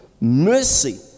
mercy